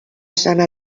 sana